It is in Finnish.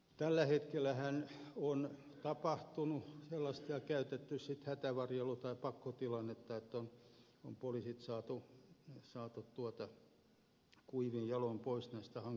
tällä hetkellähän on tapahtunut sellaista peitetoimintaa ja käytetty sitten hätävarjelu tai pakkotilannetta että on poliisit saatu kuivin jaloin pois näistä hankalista tilanteista